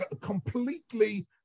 completely